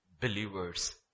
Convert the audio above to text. believers